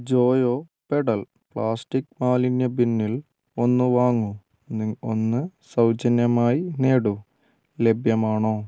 Joyo pedal plastic മാലിന്യ ബിന്നിൽ ഒന്ന് വാങ്ങൂ ഒന്ന് സൗജന്യമായി നേടൂ ലഭ്യമാണോ